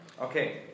Okay